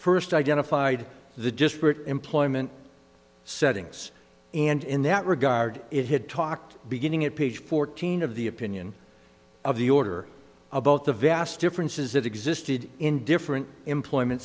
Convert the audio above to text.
first identified the just employment settings and in that regard it had talked beginning at page fourteen of the opinion of the order of both the vast differences that existed in different employment